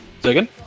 Second